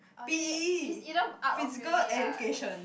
I would say it's either art or music ah